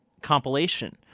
compilation